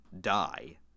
die